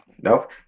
Nope